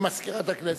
היא מזכירת הכנסת.